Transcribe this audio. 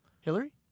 Hillary